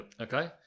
Okay